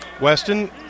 Weston